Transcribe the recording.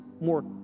more